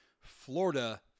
Florida